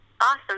Awesome